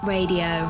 Radio